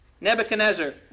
Nebuchadnezzar